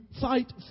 fight